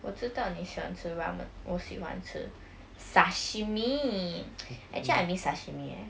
我知道你喜欢吃 ramen 我喜欢吃 sashimi actually I miss sashimi leh